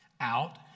out